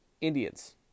Indians